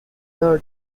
دار